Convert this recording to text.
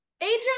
Adrian